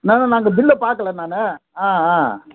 நான் இந்த பில்லை பார்க்கல நான் ஆ ஆ